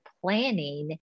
planning